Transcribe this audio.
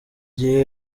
gihe